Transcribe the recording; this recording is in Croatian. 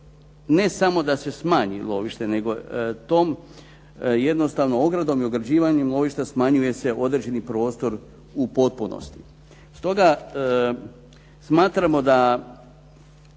ne samo da se smanji lovište nego tom jednostavno ogradom i ograđivanjem lovišta smanjuje se određeni prostor u potpunosti. Stoga smatramo da